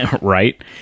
Right